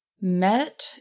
Met